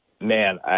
Man